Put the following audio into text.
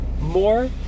more